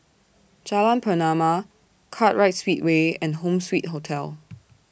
Jalan Pernama Kartright Speedway and Home Suite Hotel